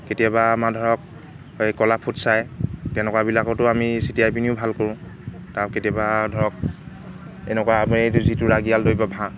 কেতিয়াবা আমাৰ ধৰক এই ক'লা ফুটচাই তেনেকুৱাবিলাকতো আমি ছিটিয়াই পিনিও ভাল কৰোঁ তাৰ কেতিয়াবা ধৰক এনেকুৱা আমি এইটো যিটো ৰাগিয়াল দ্ৰব্য ভাং